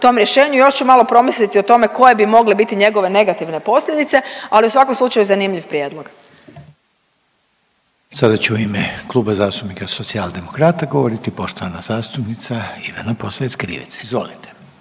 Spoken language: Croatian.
tom rješenju i još ću malo promisliti o tome koje bi mogle biti njegove negativne posljedice, ali u svakom slučaju zanimljiv prijedlog. **Reiner, Željko (HDZ)** Sada će u ime Kluba zastupnika Socijaldemokrata govoriti poštovana zastupnica Ivana Posavec Krivec, izvolite.